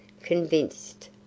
convinced